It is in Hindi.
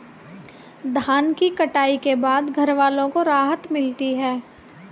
धान की कटाई के बाद घरवालों को राहत मिलती है